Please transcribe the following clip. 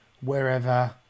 wherever